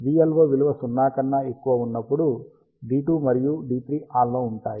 VLO విలువ 0 కన్నా ఎక్కువ ఉన్నప్పుడు D2 మరియు D3 ఆన్ లో ఉంటాయి